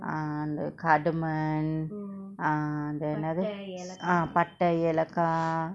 err the cardamom err அந்த என்னது:andtha ennathu ah patta yelakka